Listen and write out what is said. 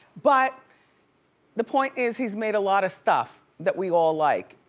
but the point is, he's made a lotta stuff that we all like,